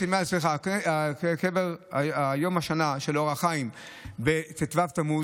סליחה, יום השנה של אור החיים, ט"ו בתמוז.